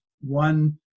one